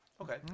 Okay